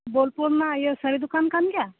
ᱵᱳᱞᱯᱩᱨ ᱨᱮᱱᱟᱜ ᱤᱭᱟᱹ ᱥᱟᱹᱲᱤ ᱫᱚᱠᱟᱱ ᱠᱟᱱ ᱜᱮᱭᱟ